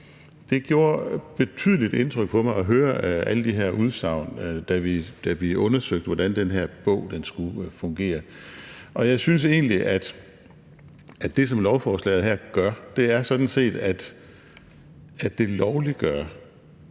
Det gjorde betydeligt indtryk på mig at høre alle de her udsagn, da vi undersøgte, hvordan den her bog skulle fungere. Jeg synes egentlig, at det, som lovforslaget her gør, sådan set er at lovliggøre